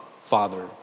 Father